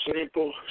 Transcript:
simple